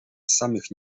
samych